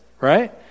right